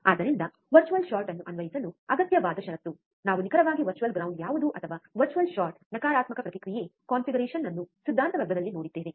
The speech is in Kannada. ಆದ್ದರಿಂದ ವರ್ಚುವಲ್ ಶಾರ್ಟ್ ಅನ್ನು ಅನ್ವಯಿಸಲು ಅಗತ್ಯವಾದ ಷರತ್ತು ನಾವು ನಿಖರವಾಗಿ ವರ್ಚುವಲ್ ಗ್ರೌಂಡ್ ಯಾವುದು ಅಥವಾ ವರ್ಚುವಲ್ ಶಾರ್ಟ್ ನಕಾರಾತ್ಮಕ ಪ್ರತಿಕ್ರಿಯೆ ಕಾನ್ಫಿಗರೇಶನ್ ಅನ್ನು ಸಿದ್ಧಾಂತ ವರ್ಗದಲ್ಲಿ ನೋಡಿದ್ದೇವೆ